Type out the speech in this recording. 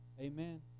amen